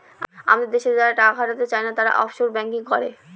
আমাদের দেশে যারা টাকা খাটাতে চাই না, তারা অফশোর ব্যাঙ্কিং করে